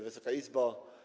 Wysoka Izbo!